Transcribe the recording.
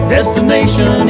Destination